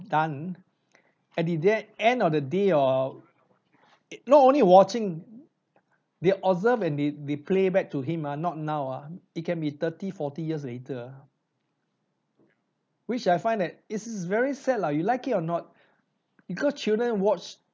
done at the the end of the day or not only watching they observed and they they play back to him ah not now uh it can be thirty forty years later ah which I find that it is very sad lah you like it or not you got children watch